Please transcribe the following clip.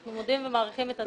אנחנו מודים ומעריכים את הדיון.